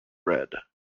red